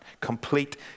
complete